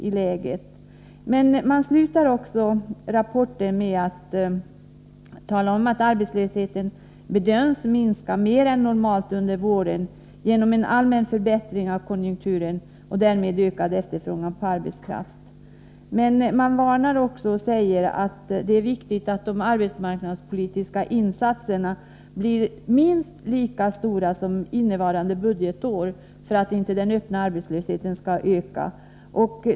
Rapporten slutar med en uppgift om att arbetslösheten bedöms minska mer än normalt under våren genom en allmän förbättring av konjunkturen och därmed ökad efterfrågan på arbetskraft. Men man varnar också i rapporten och säger att det är viktigt att de arbetsmarknadspolitiska insatserna blir minst lika stora som under innevarande budgetår för att inte den öppna arbetslösheten skall öka.